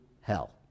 hell